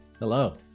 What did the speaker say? Hello